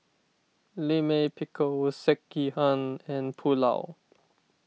Lime Pickle Sekihan and Pulao